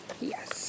Yes